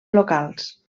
locals